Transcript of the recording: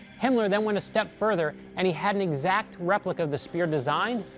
himmler then went a step further, and he had an exact replica of the spear designed,